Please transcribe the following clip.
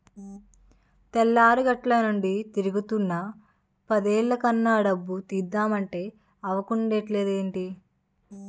తెల్లారగట్టనుండి తిరుగుతున్నా పదేలు కన్నా డబ్బు తీద్దమంటే అవకుంటదేంటిదీ?